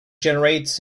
generates